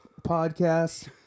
podcast